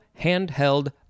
handheld